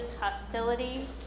hostility